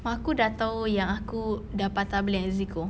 mak aku sudah tahu yang aku sudah patah balik dengan zeko